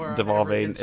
devolving